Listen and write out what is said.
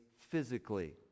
physically